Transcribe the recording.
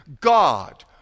God